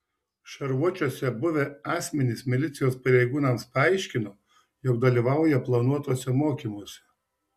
šarvuočiuose buvę asmenys milicijos pareigūnams paaiškino jog dalyvauja planuotuose mokymuose